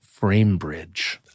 FrameBridge